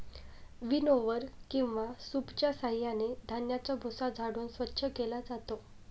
विनओवर किंवा सूपच्या साहाय्याने धान्याचा भुसा झाडून स्वच्छ केला जातो